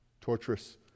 Torturous